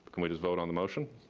can we just vote on the motion?